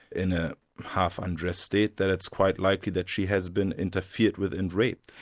in a half-undressed state, that it's quite likely that she has been interfered with and raped.